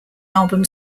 album